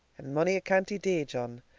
and monie a canty day, john,